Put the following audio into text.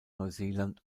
neuseeland